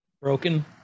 broken